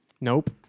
Nope